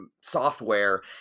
software